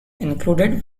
included